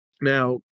Now